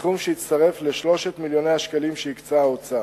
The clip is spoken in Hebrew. סכום שהצטרף ל-3 מיליוני השקלים שהקצה האוצר.